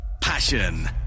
passion